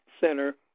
center